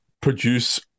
produce